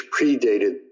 predated